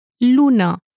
luna